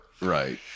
Right